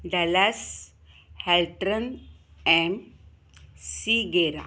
Dallas Haltran and सीगेरा